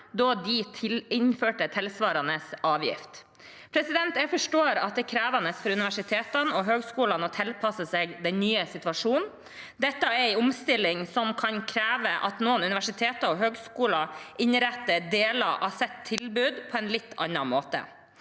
da de innførte tilsvarende avgift. Jeg forstår at det er krevende for universitetene og høgskolene å tilpasse seg den nye situasjonen. Dette er en omstilling som kan kreve at noen universiteter og høgskoler innretter deler av sitt tilbud på en litt annen måte.